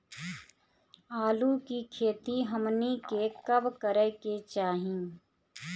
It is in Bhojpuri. आलू की खेती हमनी के कब करें के चाही?